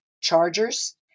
chargers